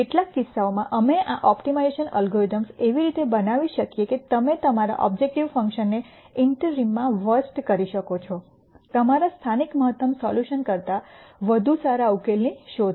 કેટલાક કિસ્સાઓમાં અમે આ ઓપ્ટિમાઇઝેશન એલ્ગોરિધમ્સ એવી રીતે બનાવી શકીએ કે તમે તમારા ઓબ્જેકટીવ ફંકશનને ઇન્ટરિમ માં વર્સ્ટ કરી શકો છો તમારા સ્થાનિક મહત્તમ સોલ્યુશન કરતા વધુ સારા ઉકેલોની શોધમાં